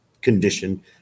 condition